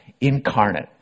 incarnate